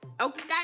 okay